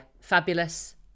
fabulous